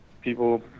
people